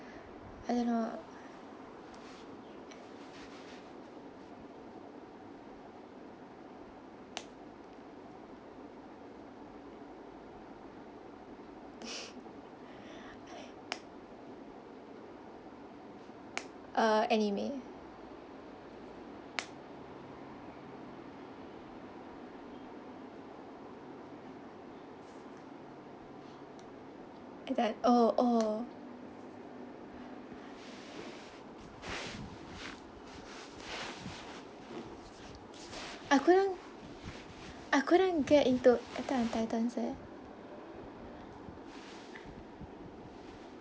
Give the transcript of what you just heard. I don't know uh anime atttack oh oh I couldn't I couldn't get into attack on titans eh